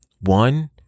One